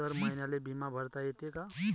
दर महिन्याले बिमा भरता येते का?